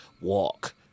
walk